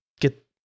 get